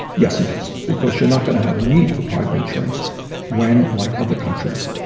yes, it does because you're not going to have a need for private insurance when, like other countries,